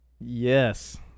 yes